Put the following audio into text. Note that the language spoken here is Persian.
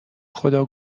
خدا